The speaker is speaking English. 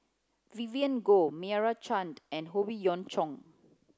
Vivien Goh Meira Chand and Howe Yoon Chong